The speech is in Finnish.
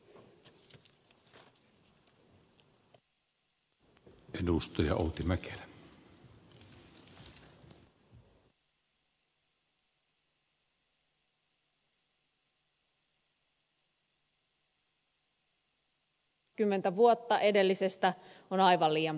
melkein kaksikymmentä vuotta edellisestä selonteosta on aivan liian pitkä aika